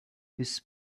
his